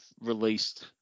released